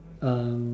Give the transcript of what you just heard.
um